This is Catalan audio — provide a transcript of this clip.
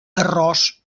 arròs